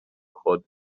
خود